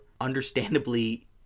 understandably